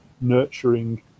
nurturing